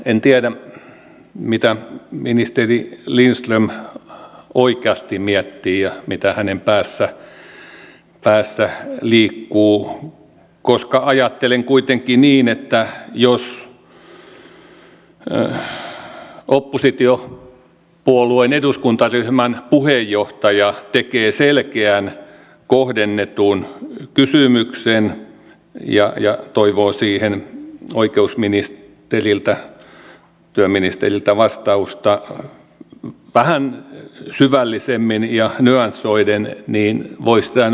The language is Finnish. en tiedä mitä ministeri lindström oikeasti miettii ja mitä hänen päässään liikkuu koska ajattelen kuitenkin niin että jos oppositiopuolueen eduskuntaryhmän puheenjohtaja tekee selkeän kohdennetun kysymyksen ja toivoo siihen oikeus ja työministeriltä vähän syvällisempää ja nyansoitua vastausta niin voi sitä nyt kohtuudella odottaa